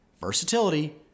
versatility